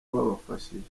babafashije